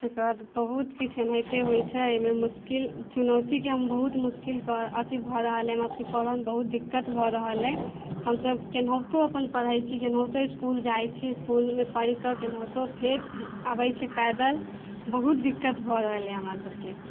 एकर बाद बहुत किछु एनाहिते होइत छै एहिमे मुश्किल चुनौतीके हम बहुत मुश्किल कऽ अथि भऽ रहल अइ हमरासभके पढ़यमे बहुत दिक्कत भऽ रहल अइ हम सभ केनाहितो अपन पढ़ैत छी जेनाहितो इसकुल जाइत छी इसकुलमे पढ़ि कऽ केनाहितो फेर अबैत छी पैदल बहुत दिक्कत भऽ रहल अछि हमरासभके